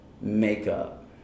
makeup